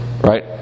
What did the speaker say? Right